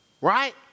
Right